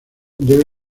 debe